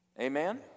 amen